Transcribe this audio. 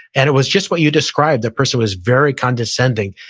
and it was just what you described, the person was very condescending.